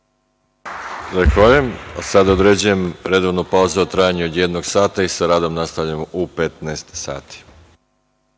Zahvaljujem. Sada određujem redovnu pauzu u trajanju od jednog sata i sa radom nastavljamo u 15.00